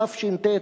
תש"ט,